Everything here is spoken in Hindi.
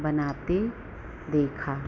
बनाते देखा